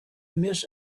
miss